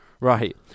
Right